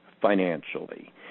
financially